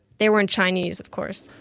they were in chinese, of course,